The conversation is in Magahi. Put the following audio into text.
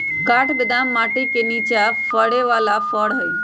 काठ बेदाम माटि के निचा फ़रे बला फ़र हइ